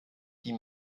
die